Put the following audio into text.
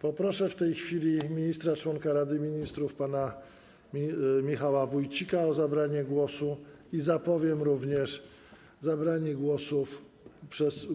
Poproszę w tej chwili ministra - członka Rady Ministrów pana Michała Wójcika o zabranie głosu i zapowiem również zabranie głosu przez